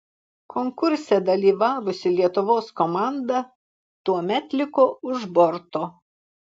konkurse dalyvavusi lietuvos komanda tuomet liko už borto